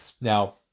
Now